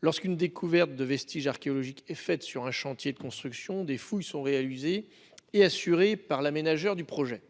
lorsqu'une découverte de vestiges archéologiques est faite sur un chantier de construction, des fouilles sont réalisées et assurées par l'aménageur du projet.